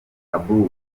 abouba